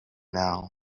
now